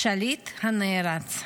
השליט הנערץ.